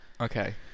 okay